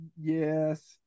Yes